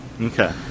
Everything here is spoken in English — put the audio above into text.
Okay